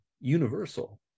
universal